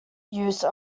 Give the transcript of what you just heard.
use